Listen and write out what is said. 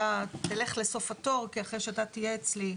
אתה תלך לסוף התור כי אחרי שאתה תהיה אצלי,